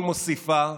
היא מוסיפה,